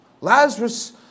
Lazarus